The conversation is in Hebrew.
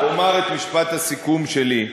לסיכום, אומר את משפט הסיכום שלי.